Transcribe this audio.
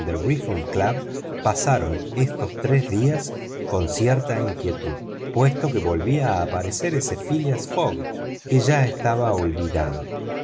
reform club pasaron estos tres días con cierta inquietud puesto que volvía a aparecer ese phileas fogg que ya estaba olvidado